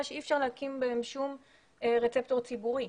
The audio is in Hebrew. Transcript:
שאי אפשר להקים בהם שום רצפטור ציבורי.